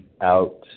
out